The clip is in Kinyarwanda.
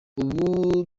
ubu